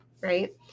Right